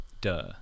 duh